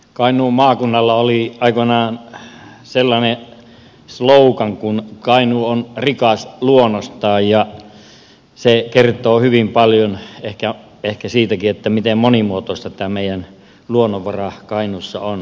kainuun maakunnalla oli aikoinaan sellainen slogan kuin kainuu on rikas luonnostaan ja se kertoo hyvin paljon ehkä siitäkin miten monimuotoista tämä meidän luonnonvara kainuussa on